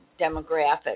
demographics